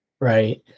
Right